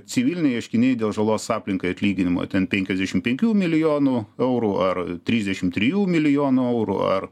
civiliniai ieškiniai dėl žalos aplinkai atlyginimo ten penkiasdešim penkių milijonų eurų ar trisdešim trijų milijonų eurų ar